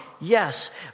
yes